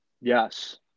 yes